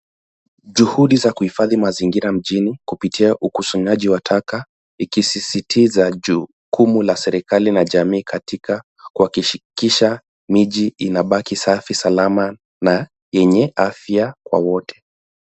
Juhudi za kuhifadhi mazingira mjini, kupitia ukusanyaji wa taka, ikisisitiza jukumu la serikali na jamii katika kuhakikisha miji inabaki safi, salama na yenye afya kwa wote.